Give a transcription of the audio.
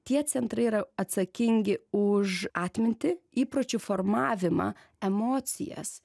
tie centrai yra atsakingi už atmintį įpročių formavimą emocijas